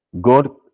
God